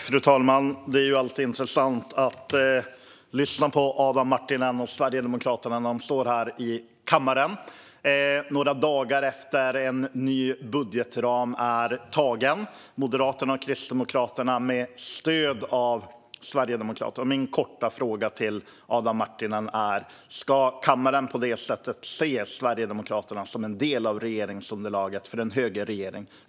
Fru talman! Det är intressant att lyssna på Adam Marttinen och Sverigedemokraterna när de står här i kammaren några dagar efter att en ny budgetram från Moderaterna och Kristdemokraterna med stöd av Sverigedemokraterna har antagits. Min korta fråga till Adam Marttinen är: Ska kammaren på detta sätt se Sverigedemokraterna som en del av regeringsunderlaget för en högerregering?